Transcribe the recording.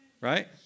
right